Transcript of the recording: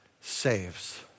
saves